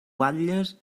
guatlles